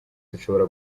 dushobora